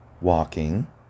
walking